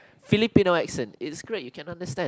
Filipino accent is great you can understand